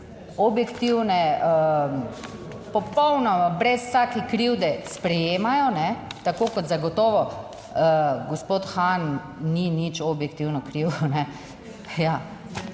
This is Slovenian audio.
objektivne popolnoma brez vsake krivde sprejemajo, tako kot zagotovo gospod Han ni nič objektivno kriv, a ne. Ja